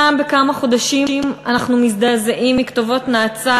פעם בכמה חודשים אנחנו מזדעזעים מכתובות נאצה